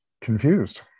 Confused